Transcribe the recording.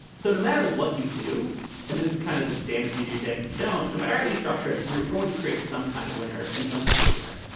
so no matter what you do and this is kind of the damned if you do damned if you don't no matter how you structure it you're going to create some kind of winner and some kind of loser